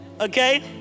Okay